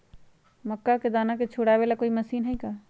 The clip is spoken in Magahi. मक्का के दाना छुराबे ला कोई मशीन हई का?